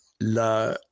la